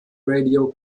radio